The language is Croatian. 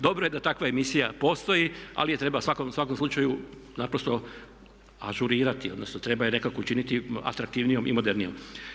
Dobro je da takva emisija postoji ali je treba u svakom slučaju naprosto ažurirati odnosno treba je nekako učiniti atraktivnijom i modernijom.